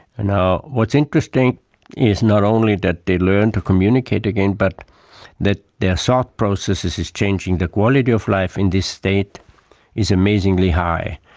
what's interesting is not only that they learn to communicate again but that their thought processes is changing, the quality of life in this state is amazingly high,